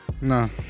No